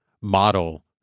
model